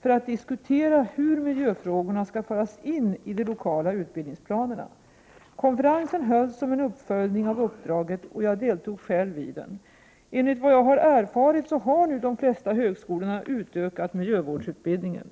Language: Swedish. för att diskutera hur miljöfrågorna skall föras in i de lokala utbildningsplanerna. Konferensen hölls som en uppföljning av uppdraget och jag deltog själv i den. Enligt vad jag har erfarit så har nu de flesta högskolorna utökat miljövårdsutbildningen.